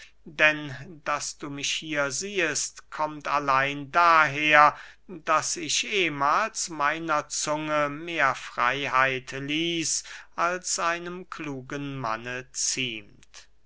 denn daß du mich hier siehest kommt allein daher daß ich ehmahls meiner zunge mehr freyheit ließ als einem klugen manne ziemt